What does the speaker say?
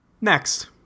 Next